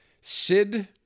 Sid